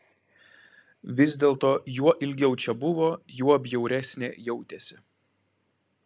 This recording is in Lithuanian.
vis dėlto juo ilgiau čia buvo juo bjauresnė jautėsi